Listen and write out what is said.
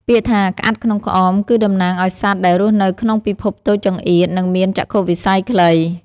ពាក្យថា «ក្អាត់ក្នុងក្អម» គឺតំណាងឱ្យសត្វដែលរស់នៅក្នុងពិភពតូចចង្អៀត និងមានចក្ខុវិស័យខ្លី។